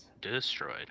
destroyed